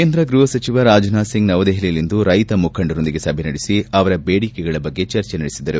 ಕೇಂದ್ರ ಗೃಹಸಚಿವ ರಾಜ್ನಾಥ್ ಸಿಂಗ್ ನವದೆಹಲಿಯಲ್ಲಿಂದು ರೈತ ಮುಖಂಡರೊಂದಿಗೆ ಸಭೆ ನಡೆಸಿ ಅವರ ಬೇಡಿಕೆಗಳ ಬಗ್ಗೆ ಚರ್ಚೆ ನಡೆಸಿದರು